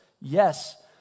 Yes